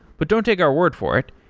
but don't take our word for it,